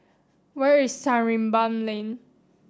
where is Sarimbun Lane